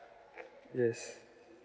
yes